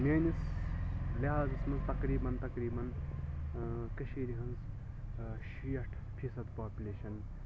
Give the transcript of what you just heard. میٲنِس لِحاظَس مَنٛز تَقریباً تَقریباً کٔشیٖر ہٕنٛز شیٹھ فیٖصَد پاپلیشَن